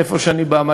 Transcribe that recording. מאיפה שאני בא,